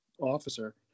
officer